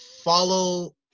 follow